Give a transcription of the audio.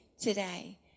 today